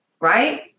right